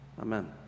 Amen